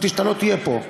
חשבתי שאתה לא תהיה פה.